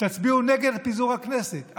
תצביעו נגד פיזור הכנסת.